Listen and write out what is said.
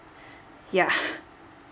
yeah